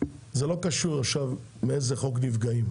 זה לא קשור מאיזה חוק נפגעים,